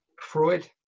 Freud